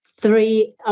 three